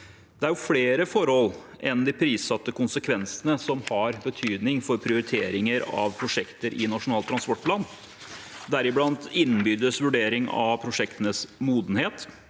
Det er flere forhold enn de prissatte konsekvensene som har betydning for prioriteringer av prosjekter i Nasjonal transportplan, deriblant innbyrdes vurdering av prosjektenes modenhet,